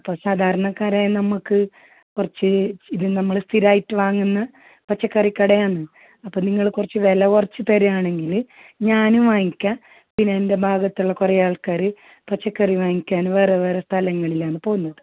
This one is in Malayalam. അപ്പോൾ സാധാരണക്കാരായ നമുക്ക് കുറച്ച് ഇത് നമ്മൾ സ്ഥിരമായിട്ട് വാങ്ങുന്ന പച്ചക്കറി കടയാണ് അപ്പം നിങ്ങൾ കുറച്ച് വില കുറച്ച് തരുകയാണെങ്കിൽ ഞാനും വാങ്ങിക്കാം പിന്നെ എൻ്റെ ഭാഗത്തുള്ള കുറേ ആൾക്കാർ പച്ചക്കറി വാങ്ങിക്കാൻ വേറെ വേറെ സ്ഥലങ്ങളിലാണ് പോവുന്നത്